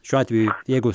šiuo atveju jeigu